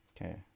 Okay